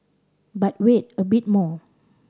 but wait a bit more